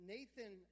Nathan